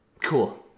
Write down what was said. Cool